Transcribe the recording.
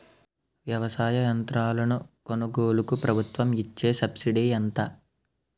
వ్యవసాయ యంత్రాలను కొనుగోలుకు ప్రభుత్వం ఇచ్చే సబ్సిడీ ఎంత?